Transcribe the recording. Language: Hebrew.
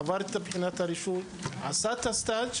עבר את בחינת הרישוי, עשה את הסטאז'